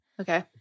okay